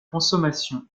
consommation